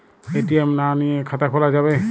ATM না নিয়ে খাতা খোলা যাবে?